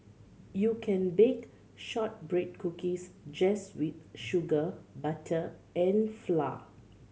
you can bake shortbread cookies just with sugar butter and flour